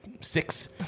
six